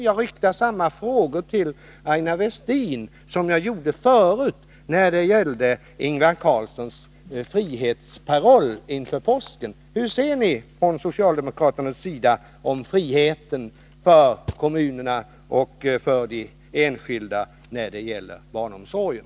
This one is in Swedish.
Jag riktar nu till Aina Westin samma frågor om Ingvar Carlssons frihetsparoll, som framfördes inför påsken. Hur ser ni från socialdemokraternas sida på friheten för kommunerna och de enskilda när det gäller barnomsorgen?